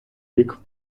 рік